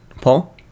Paul